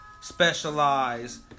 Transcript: specialize